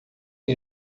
que